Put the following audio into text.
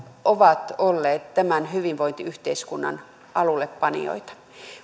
ovat olleet tämän hyvinvointiyhteiskunnan alullepanijoita